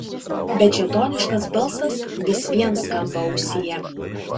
bet šėtoniškas balsas vis vien skamba ausyje